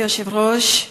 אדוני היושב-ראש,